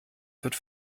wird